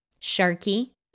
Sharky